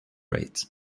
rate